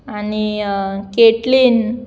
आनी केटलीन